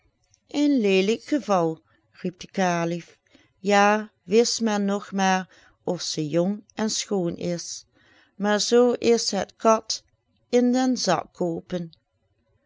een leelijk geval riep de kalif ja wist men nog maar of ze jong en schoon is maar zoo is het kat in den zak koopen